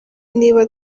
niba